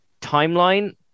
timeline